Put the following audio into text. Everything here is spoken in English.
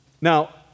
Now